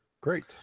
Great